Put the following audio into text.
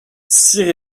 cire